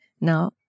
now